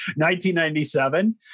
1997